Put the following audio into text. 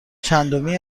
چندمی